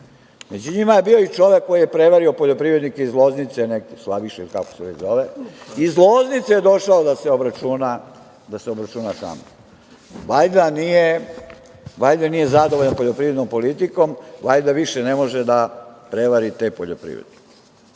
Među njima je bio i čovek koji je prevario poljoprivrednike, iz Loznice neki Slaviša ili kako se već zove. Iz Loznice je došao da se obračuna sa mnom. Valjda nije zadovoljan poljoprivrednom politikom, valjda više ne može da prevari te poljoprivrednike. Dami